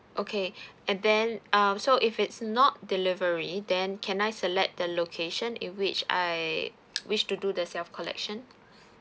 okay and then um so if it's not delivery then can I select the location in which I wish to do the self collection